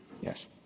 Yes